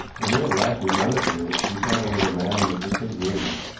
and when at last we mounted the ridge we saw there was a man on the distant green,